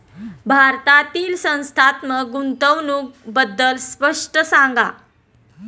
भारतातील संस्थात्मक गुंतवणूक बद्दल स्पष्ट सांगा